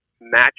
match